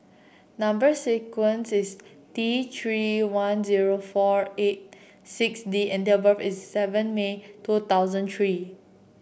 number sequence is T Three one zero four eight six D and date of birth is seven May two thousand three